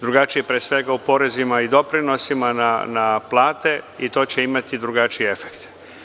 Drugačiji je pre svega u porezima i doprinosima na plate i to će imati drugačiji efekte.